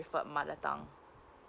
with your mother tongue